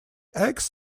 eggs